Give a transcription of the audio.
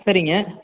சரிங்க